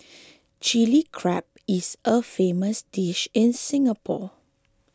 Chilli Crab is a famous dish in Singapore